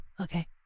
Okay